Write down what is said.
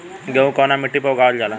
गेहूं कवना मिट्टी पर उगावल जाला?